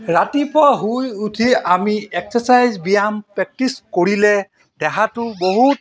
ৰাতিপুৱা শুই উঠি আমি এক্সাৰচাইজ ব্যায়াম প্ৰেক্টিছ কৰিলে দেহাটো বহুত